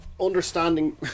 understanding